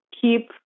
keep